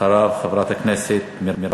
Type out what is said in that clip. אחריו, חברת הכנסת מרב